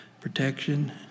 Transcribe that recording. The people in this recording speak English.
protection